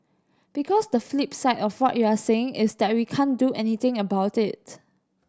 because the flip side of what you're saying is that we can't do anything about it